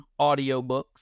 audiobooks